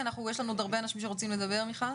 כי יש לנו עוד הרבה אנשים שרוצים לדבר, מיכל.